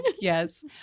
Yes